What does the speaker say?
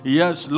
yes